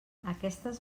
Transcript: aquestes